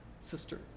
Sister